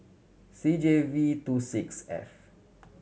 C J V two six F